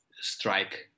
strike